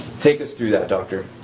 take us through that doctor.